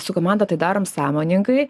su komanda tai darom sąmoningai